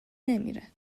نمیره